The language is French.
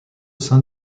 sein